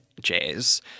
jazz